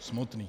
Smutný.